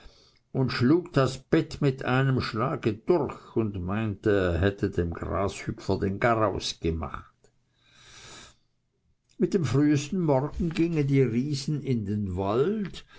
und schlug das bett mit einem schlag durch und meinte er hätte dem grashüpfer den garaus gemacht mit dem frühsten morgen gingen die riesen in den wald